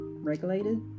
regulated